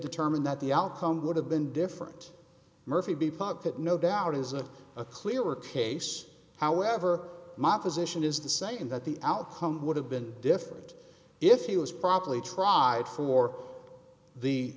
determine that the outcome would have been different murphy part that no doubt isn't a clearer case however my position is the same that the outcome would have been different if he was probably tried for the